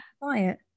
Quiet